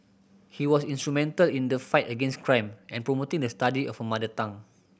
he was instrumental in the fight against crime and promoting the study of a mother tongue